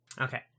Okay